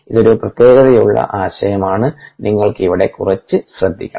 ഇതൊരു പ്രത്യേകതയുള്ള ആശയമാണ്നിങ്ങൾ ഇവിടെ കുറച്ച് ശ്രദ്ധിക്കണം